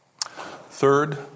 Third